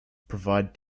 provide